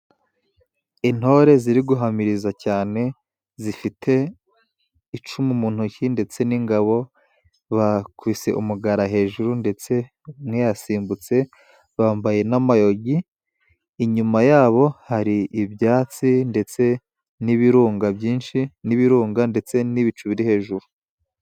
Intore ziri guhamiriza cyane zifite icumu mu ntoki ndetse n'ingabo, bakwise umugara hejuru ndetse imwe isa n'iyasimbutse bambaye n'amayogi, inyuma yabo hari ibyatsi ndetse n'ibirunga byinshi n'ibirunga ndetse n'ibicu biri hejuru.